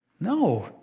No